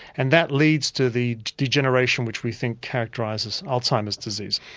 and that leads to the degeneration which we think characterises alzheimer's disease.